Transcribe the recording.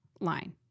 line